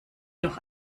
doch